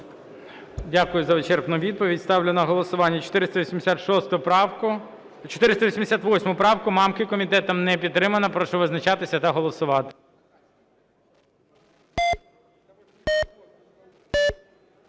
Дякую за вичерпну відповідь. Ставлю на голосування 488 правку Мамки. Комітетом не підтримано. Прошу визначатися та голосувати.